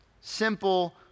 Simple